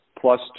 plus